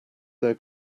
their